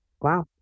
wow